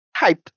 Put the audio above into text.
hyped